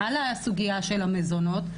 על הסוגייה של המזונות,